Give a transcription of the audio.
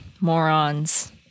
morons